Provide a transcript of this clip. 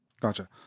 Gotcha